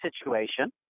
situation